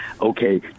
okay